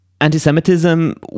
anti-Semitism